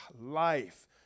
life